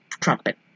trumpet